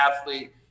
athlete